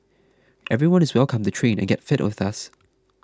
everyone is welcome to train and get fit with us